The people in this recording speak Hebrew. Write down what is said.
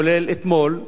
כולל אתמול,